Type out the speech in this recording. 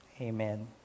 Amen